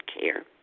care